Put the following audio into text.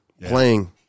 playing